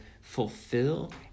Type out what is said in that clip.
fulfill